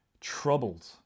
troubled